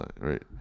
right